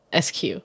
SQ